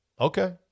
Okay